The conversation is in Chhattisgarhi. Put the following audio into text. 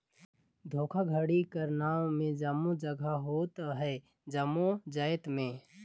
धोखाघड़ी कर नांव में जम्मो जगहा होत अहे जम्मो जाएत में